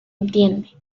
entiende